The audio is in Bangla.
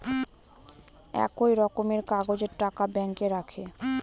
একই রকমের কাগজের টাকা ব্যাঙ্কে রাখে